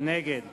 נגד